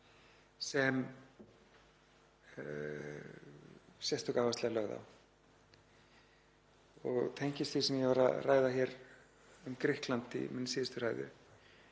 sem sérstök áhersla er lögð á og tengjast því sem ég var að ræða hér um Grikkland í minni síðustu ræðu.